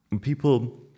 people